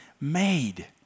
made